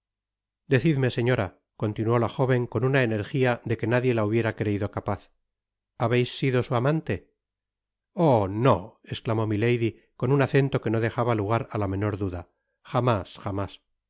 decidme señora continuó la jóven con una energia de que nadie la hubiera creido capaz habeis sido su amante oh do esclamó milady con un acento que no dejaba lugar á la menor duda jamás jamás